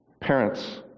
parents